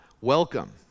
welcome